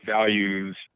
values